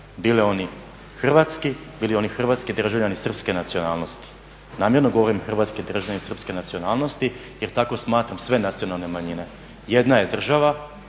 bili oni hrvatski, bili oni hrvatski državljani srpske nacionalnosti. Namjerno govorim hrvatski državljani srpske nacionalnosti jer tako smatram sve nacionalne manjine. Jedna je država,